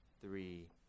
three